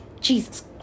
Jesus